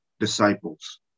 Disciples